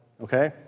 okay